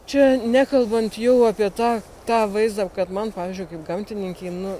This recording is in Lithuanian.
čia nekalbant jau apie tą tą vaizdą kad man pavyzdžiui kaip gamtininkei nu